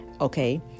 Okay